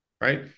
right